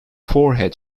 forehead